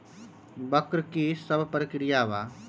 वक्र कि शव प्रकिया वा?